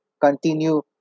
continue